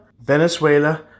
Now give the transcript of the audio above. Venezuela